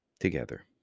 together